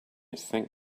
think